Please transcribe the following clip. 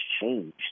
changed